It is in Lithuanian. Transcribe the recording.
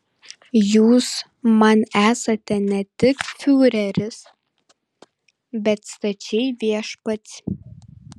jūs man esate ne tik fiureris bet stačiai viešpats